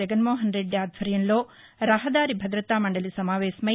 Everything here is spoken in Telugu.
జగన్మోహన్రెడ్డి ఆధ్వర్యంలో రహదారి భాదతా మండలి సమావేశమై